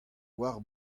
war